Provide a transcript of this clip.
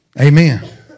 Amen